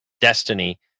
destiny